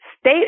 state